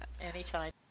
anytime